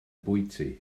bwyty